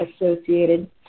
associated